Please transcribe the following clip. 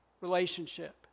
relationship